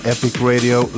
EpicRadio